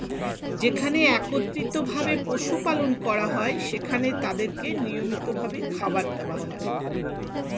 যেখানে একত্রিত ভাবে পশু পালন করা হয়, সেখানে তাদেরকে নিয়মিত ভাবে খাবার দেওয়া হয়